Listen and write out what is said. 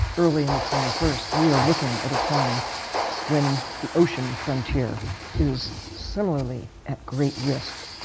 early in the twenty first, we are looking at a time when the ocean frontier is similarly at great risk,